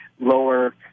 lower